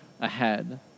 ahead